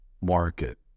market